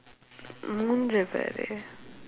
உன் மூஞ்சே பாரு:un muunjsee paaru